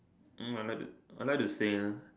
mm I like to I like to sail